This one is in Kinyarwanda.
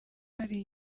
hari